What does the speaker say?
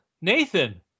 Nathan